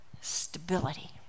stability